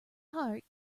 heart